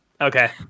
Okay